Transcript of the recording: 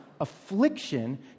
affliction